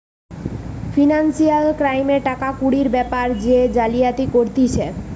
financial ক্রাইমে টাকা কুড়ির বেপারে যে জালিয়াতি করতিছে